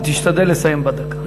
תשתדל לסיים בדקה.